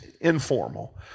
informal